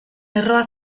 erroa